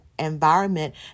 Environment